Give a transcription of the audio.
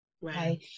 Right